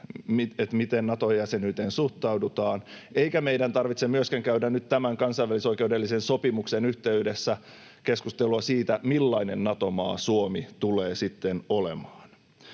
miten Nato-jäsenyyteen suhtaudutaan, eikä meidän tarvitse myöskään käydä nyt tämän kansainvälisoikeudellisen sopimuksen yhteydessä keskustelua siitä, millainen Nato-maa Suomi tulee sitten olemaan.